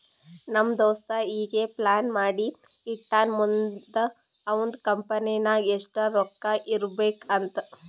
ನಮ್ ದೋಸ್ತ ಈಗೆ ಪ್ಲಾನ್ ಮಾಡಿ ಇಟ್ಟಾನ್ ಮುಂದ್ ಅವಂದ್ ಕಂಪನಿ ನಾಗ್ ಎಷ್ಟ ರೊಕ್ಕಾ ಇರ್ಬೇಕ್ ಅಂತ್